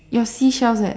your seashells leh